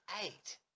eight